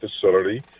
facility